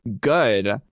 good